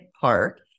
park